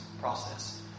process